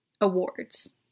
awards